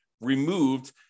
removed